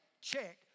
check